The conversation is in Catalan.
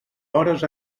hores